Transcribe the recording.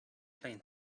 plain